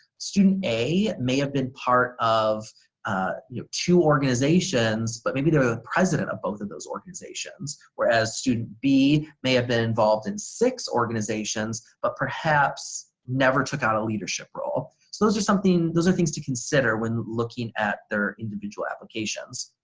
student a may have been part of ah you know two organizations but maybe they were the president of both of those organizations where as student b may have been involved in six organizations but perhaps never took on a leadership role. so those are something those are things to consider when looking at their individual applications.